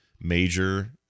major